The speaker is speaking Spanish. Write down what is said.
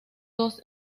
dos